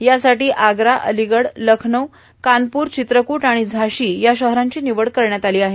यासाठी आग्रा अलिगड लखनौ कानपूर चित्रकूट आणि झाशी या शहरांची निवड करण्यात आली आहे